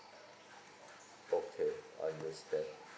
okay understand